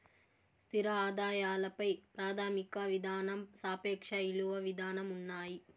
స్థిర ఆదాయాల పై ప్రాథమిక విధానం సాపేక్ష ఇలువ విధానం ఉన్నాయి